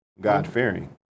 God-fearing